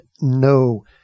no